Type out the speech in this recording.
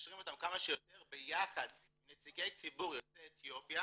ומיישרים אותם כמה שיותר ביחד עם נציגי ציבור יוצאי אתיופיה,